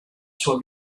sua